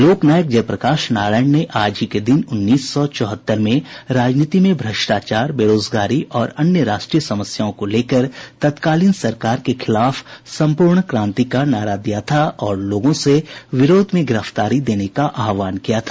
लोक नायक जयप्रकाश नारायण ने आज ही के दिन उन्नीस सौ चौहत्तर में राजनीति में भ्रष्टाचार बेरोजगारी और अन्य राष्ट्रीय समस्याओं को लेकर तत्कालीन सरकार के खिलाफ सम्पूर्ण क्रांति का नारा दिया था और लोगों से विरोध में गिरफ्तारी देने का आहवान किया था